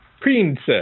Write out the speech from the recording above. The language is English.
Princess